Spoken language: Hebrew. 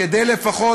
כדי לפחות,